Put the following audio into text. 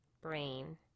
brain